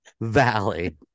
Valley